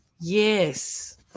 Yes